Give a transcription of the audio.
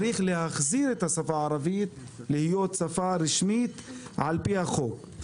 צריך להחזיר את השפה הערבית להיות שפה רשמית על פי החוק.